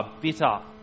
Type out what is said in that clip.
bitter